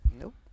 Nope